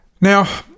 Now